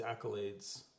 accolades